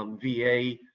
um v a.